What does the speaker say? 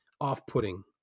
off-putting